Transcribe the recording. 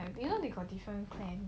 you know they got different clan